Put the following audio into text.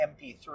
MP3